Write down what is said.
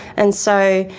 and so,